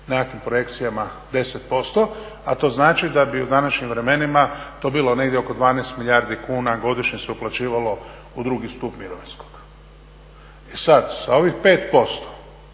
nekakvim projekcijama 10%, a to znači da bi u današnjim vremenima to bilo negdje oko 12 milijardi kuna godišnje se uplaćivalo u drugi stup mirovinskog. E sada, sa ovih 5%